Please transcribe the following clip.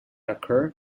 occur